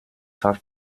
far